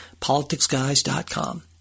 politicsguys.com